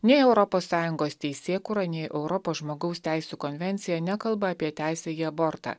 nei europos sąjungos teisėkūra nei europos žmogaus teisių konvencija nekalba apie teisę į abortą